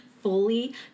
fully